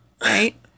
right